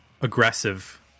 aggressive